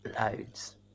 loads